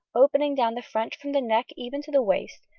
opening down the front from the neck even to the waist,